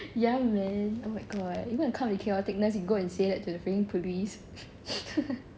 ya man oh my god you want to calm the chaoticness you go and say that to the freaking police